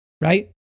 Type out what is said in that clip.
right